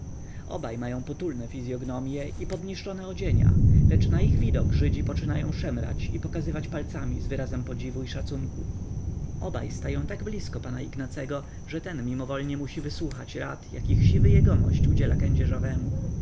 obaj mają potulne fizyognomie i podniszczone odzienia lecz na ich widok żydzi poczynają szemrać i pokazywać palcami z wyrazem podziwu i szacunku obaj stają tak blisko pana ignacego że ten mimowoli musi wysłuchać rad jakich siwy jegomość udziela kędzierzawemu